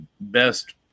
best